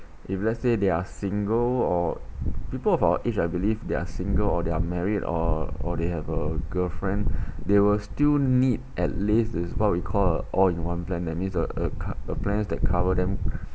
if let's say they are single or people of our age I believe they're single or they're married or or they have a girlfriend they will still need at least is what we called all in one plan that means a a co~ a plan that cover them